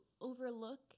overlook